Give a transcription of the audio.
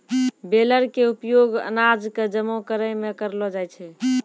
baler के उपयोग अनाज कॅ जमा करै मॅ करलो जाय छै